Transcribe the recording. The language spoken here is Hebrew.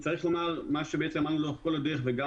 יש לומר מה שאמרנו לאורך כל הדרך וגם